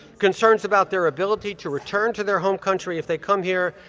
concerns about their ability to return to their home country if they come here,